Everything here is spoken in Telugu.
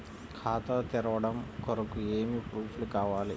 ఖాతా తెరవడం కొరకు ఏమి ప్రూఫ్లు కావాలి?